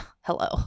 Hello